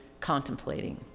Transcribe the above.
contemplating